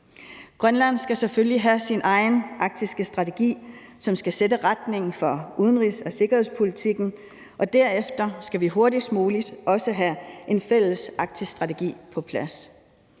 Grønland skal selvfølgelig have sin egen arktiske strategi, som skal sætte retningen for udenrigs- og sikkerhedspolitikken, og derefter skal vi hurtigst muligt også have en fælles arktisk strategi på plads.